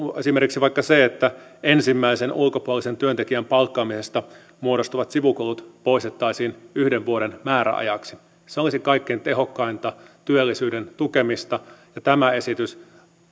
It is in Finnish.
esimerkiksi vaikka se että ensimmäisen ulkopuolisen työntekijän palkkaamisesta muodostuvat sivukulut poistettaisiin yhden vuoden määräajaksi se olisi kaikkein tehokkainta työllisyyden tukemista ja tämä esitys